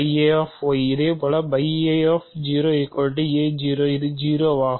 இதேபோல் a 0 இது 0 ஆகும்